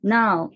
now